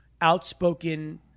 outspoken